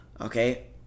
okay